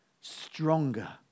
stronger